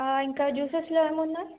ఇంకా జ్యూసెస్లో ఏమున్నా